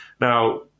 Now